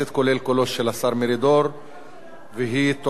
העישון במקומות ציבוריים והחשיפה לעישון